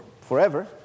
forever